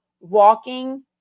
walking